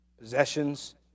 possessions